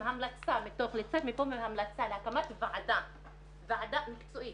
לצאת מפה עם המלצה להקמת ועדה מקצועית,